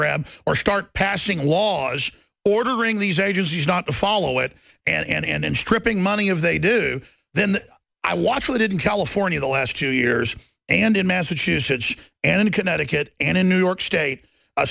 grab or start passing laws ordering these agencies not to follow it and stripping money of they do then i watch we did in california the last two years and in massachusetts and connecticut and in new york state